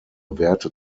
werte